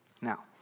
Now